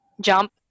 jump